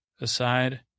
Aside